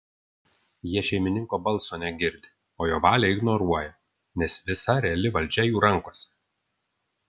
jie šeimininko balso negirdi o jo valią ignoruoja nes visa reali valdžia jų rankose